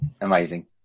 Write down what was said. amazing